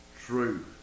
truth